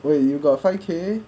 wait you got five K